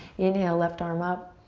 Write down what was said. inhale, left arm up.